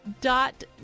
Dot